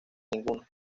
ninguno